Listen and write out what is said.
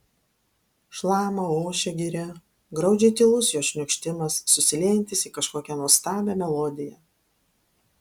šlama ošia giria graudžiai tylus jos šniokštimas susiliejantis į kažkokią nuostabią melodiją